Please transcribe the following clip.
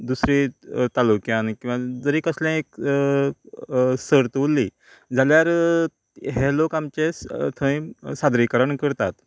दुसरी तालुक्यांनी किंवां जरी कसलेय सर्त उरली जाल्यार हे लोक आमचे थंय सादरीकरण करतात